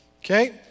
Okay